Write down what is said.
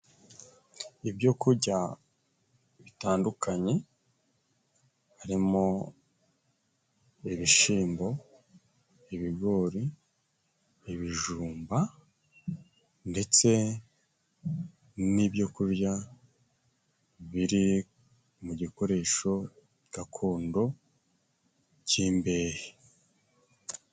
Ibyo kujya bitandukanye, harimo ibishimbo, ibigori, ibijumba ndetse n'byo kurya biri mu gikoresho gakondo cy'imbehe.